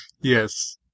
Yes